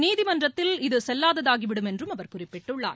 நீதிமன்றத்தில் இது செல்லாததாகிவிடும் என்றும் அவர் குறிப்பிட்டுள்ளார்